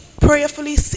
Prayerfully